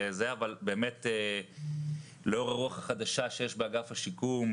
אבל באמת לאור הרוח החדשה שיש באגף השיקום,